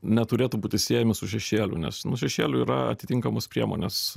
neturėtų būti siejami su šešėliu nes nu šešėlių yra atitinkamos priemonės